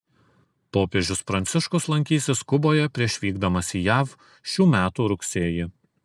popiežius pranciškus lankysis kuboje prieš vykdamas į jav šių metų rugsėjį